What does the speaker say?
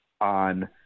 on